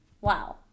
wow